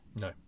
No